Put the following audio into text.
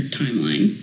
timeline